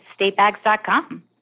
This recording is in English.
statebags.com